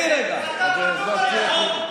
אתה חתום עליה.